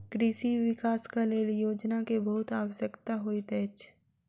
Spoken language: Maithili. कृषि विकासक लेल योजना के बहुत आवश्यकता होइत अछि